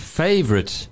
favorite